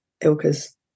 Ilka's